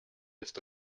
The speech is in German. ist